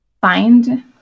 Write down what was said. find